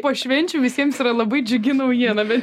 po švenčių visiems yra labai džiugi naujiena bet